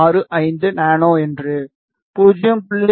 65 nano என்று 0